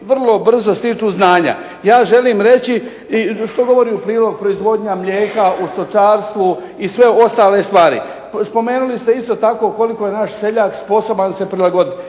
vrlo brzo stiču znanja. Ja želim reći i što govori u prilog proizvodnja mlijeka u stočarstvu i sve ostale stvari. Spomenuli ste isto tako koliko je naš seljak sposoban se prilagoditi.